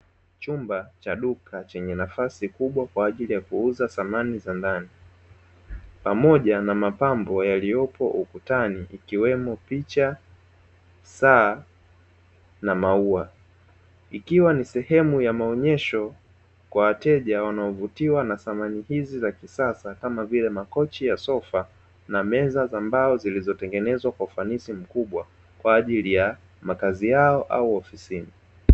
Chumba cha duka chenye nafasi kubwa kwa ajili ya kuuza samani za ndani pamoja na mapambo yaliyopo ukutani ikiwemo picha, saa na maua. Ikiwa ni sehemu ya maonyesho kwa wateja wanaovutiwa na samani hizi za kisasa, kama vile makochi ya sofa na meza za mbao zilizo tengenezwa kwa ufanisi mkubwa kwa ajili ya makazi yao au ofisini.